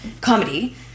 comedy